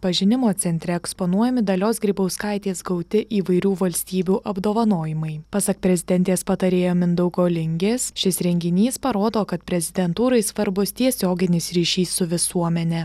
pažinimo centre eksponuojami dalios grybauskaitės gauti įvairių valstybių apdovanojimai pasak prezidentės patarėjo mindaugo lingės šis renginys parodo kad prezidentūrai svarbus tiesioginis ryšys su visuomene